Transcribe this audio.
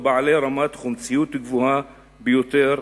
ועם רמת חומציות גבוהה ביותר,